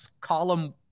column